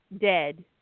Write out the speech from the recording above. dead